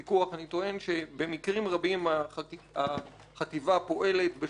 אני טוען שבמקרים רבים החטיבה פועלת בשיטות